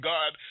God